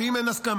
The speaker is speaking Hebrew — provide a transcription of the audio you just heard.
ואם אין הסכמה,